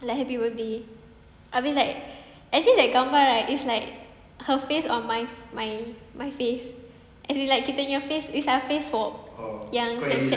like happy birthday I mean like actually that gambar right is like her face on my my my face as in like kita nya face is a face swap yang Snapchat